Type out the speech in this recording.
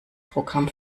programm